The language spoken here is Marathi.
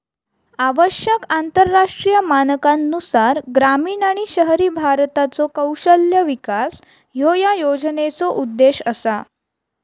आवश्यक आंतरराष्ट्रीय मानकांनुसार ग्रामीण आणि शहरी भारताचो कौशल्य विकास ह्यो या योजनेचो उद्देश असा